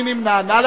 מי נמנע?